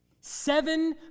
Seven